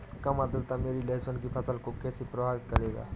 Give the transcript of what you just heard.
कम आर्द्रता मेरी लहसुन की फसल को कैसे प्रभावित करेगा?